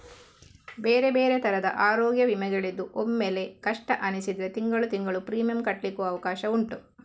ಬೇರೆ ಬೇರೆ ತರದ ಅರೋಗ್ಯ ವಿಮೆಗಳಿದ್ದು ಒಮ್ಮೆಲೇ ಕಷ್ಟ ಅನಿಸಿದ್ರೆ ತಿಂಗಳು ತಿಂಗಳು ಪ್ರೀಮಿಯಂ ಕಟ್ಲಿಕ್ಕು ಅವಕಾಶ ಉಂಟು